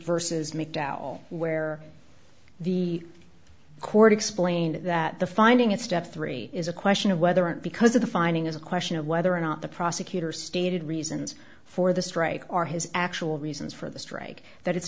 versus mcdowell where the court explained that the finding of step three is a question of whether or not because of the finding as a question of whether or not the prosecutor stated reasons for the strike are his actual reasons for the strike that it's